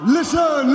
Listen